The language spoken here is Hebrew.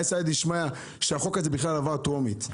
הייתה סיעתא דשמיא שהצעת החוק הזאת בכלל עברה בקריאה הטרומית,